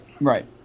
right